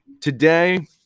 today